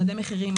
מדדי מחירים,